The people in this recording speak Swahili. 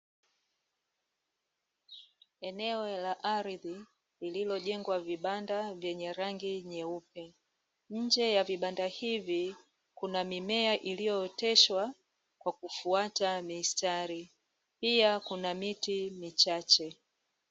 Eneo la ardhi lililojengwa vibanda vyenye rangi nyeupe, nje ya vibanda hivi kuna mimea iliyooteshwa kwa kufuata mistari pia kuna miti michache.